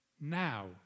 now